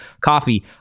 coffee